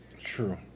True